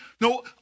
no